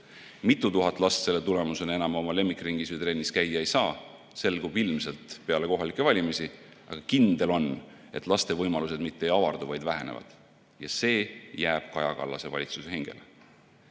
Mitu tuhat last selle tulemusena enam oma lemmikringis või -trennis käia ei saa, selgub ilmselt peale kohalikke valimisi, aga kindel on, et laste võimalused mitte ei avardu, vaid vähenevad ja see jääb Kaja Kallase valitsuse